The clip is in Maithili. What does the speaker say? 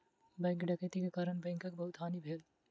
बैंक डकैती के कारण बैंकक बहुत हानि भेल